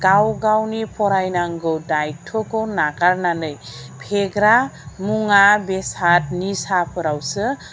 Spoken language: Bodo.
गाव गावनि फरायनांगौ दायथ'खौ नागारनानै फेग्रा मुङा बेसाद निसाफोरावसो